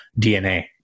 DNA